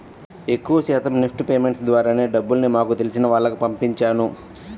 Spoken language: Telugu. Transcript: ఎక్కువ శాతం నెఫ్ట్ పేమెంట్స్ ద్వారానే డబ్బుల్ని మాకు తెలిసిన వాళ్లకి పంపించాను